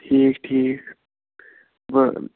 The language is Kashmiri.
ٹھیٖک ٹھیٖک بہٕ